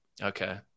Okay